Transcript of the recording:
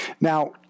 Now